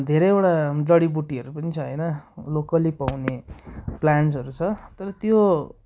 धेरैवटा जडिबुटीहरू पनि छ होइन लोकली पाउने प्लान्ट्सहरू छ तर त्यो